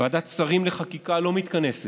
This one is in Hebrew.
ועדת שרים לחקיקה לא מתכנסת,